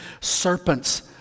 serpents